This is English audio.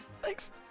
Thanks